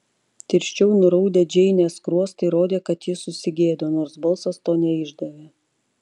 tirščiau nuraudę džeinės skruostai rodė kad ji susigėdo nors balsas to neišdavė